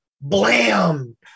blam